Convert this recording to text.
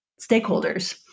stakeholders